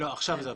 התחלנו מהתחלה,